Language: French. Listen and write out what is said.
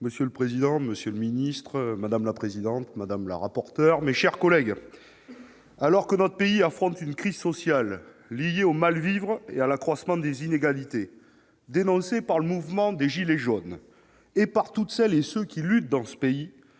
Monsieur le président, monsieur le ministre, mes chers collègues, alors que notre pays affronte une crise sociale liée au mal-vivre et à l'accroissement des inégalités dénoncés par le mouvement des « gilets jaunes » et par toutes celles et tous ceux qui luttent dans ce pays,